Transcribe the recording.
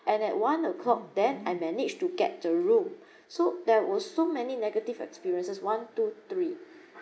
and at one o'clock then I managed to get the room so there was so many negative experiences one two three